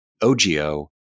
OGO